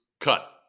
cut